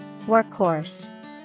Workhorse